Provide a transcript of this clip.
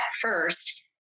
first